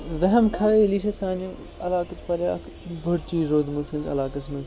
وٮ۪ہَم خیٲلی چھِ سانہِ علاقٕچ واریاہ اَکھ بٔڑ چیٖز روٗدمٕتۍ سٲنِس علاقَس منٛز